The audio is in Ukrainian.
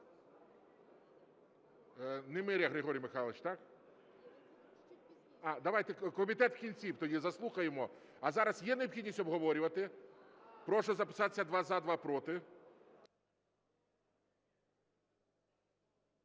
Немиря Григорій Михайлович, так? Давайте комітет в кінці тоді заслухаємо. А зараз є необхідність обговорювати? Прошу записатись: два – за, два – проти.